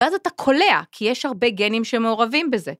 ‫ואז אתה קולע כי יש הרבה גנים ‫שמעורבים בזה.